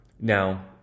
Now